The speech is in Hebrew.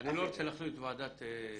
אני לא רוצה להחליף את ועדת --- בסדר,